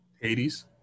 hades